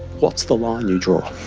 what's the line you draw?